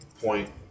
point